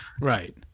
Right